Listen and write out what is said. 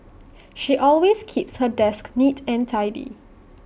she always keeps her desk neat and tidy